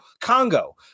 congo